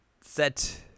set